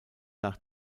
nach